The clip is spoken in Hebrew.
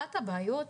אחת הבעיות היא,